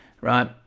right